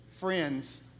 friends